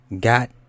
got